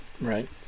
right